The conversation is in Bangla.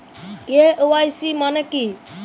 কে.ওয়াই.সি মানে কী?